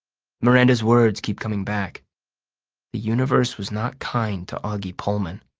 miranda's words keep coming back the universe was not kind to auggie pullman.